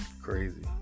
Crazy